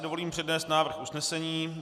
Dovolím si přednést návrh usnesení.